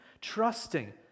trusting